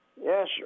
Yes